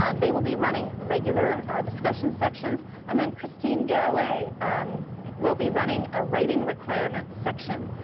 um they will be running regular discussion sections and then kristine garroway um will be running a writing requirement section.